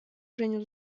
женю